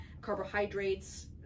carbohydrates